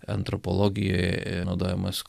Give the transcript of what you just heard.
antropologijoje naudojamas